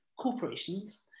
corporations